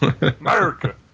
America